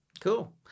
Cool